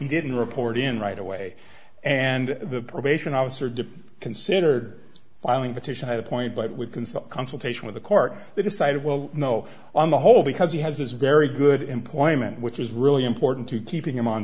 didn't report in right away and the probation officer dip considered filing petition had a point but we can stop consultation with the court they decided well no on the whole because he has this very good employment which is really important to keeping him on